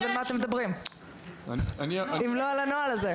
אז על מה אתם מדברים אם לא על הנוהל הזה?